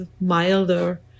milder